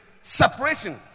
separation